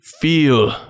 feel